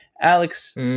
Alex